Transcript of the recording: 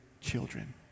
children